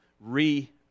re